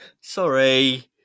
Sorry